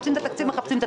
בתקציב.